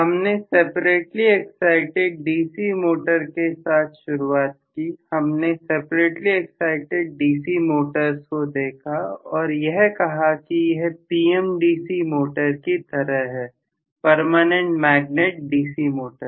हमने separately excited DC motor के साथ शुरुआत की हमने सेपरेटली एक्साइटिड डीसी मोटर्स को देखा और यह कहा कि यह PMDC मोटर की तरह है परमानेंट मैग्नेट DC मोटर